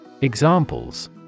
Examples